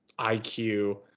IQ